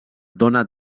dóna